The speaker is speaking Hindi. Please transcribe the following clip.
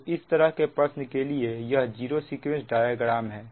तो इस तरह के प्रश्न के लिए यह जीरो सीक्वेंस डायग्राम है